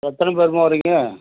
எத்தனை பேர்ம்மா வரிங்க